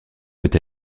peut